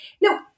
No